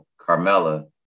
Carmella